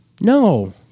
no